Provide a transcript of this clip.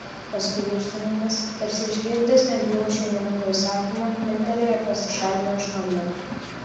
paskui iždininkas tarsi išgirdęs nebylų šeimininko įsakymą linktelėjo ir pasišalino iš kambario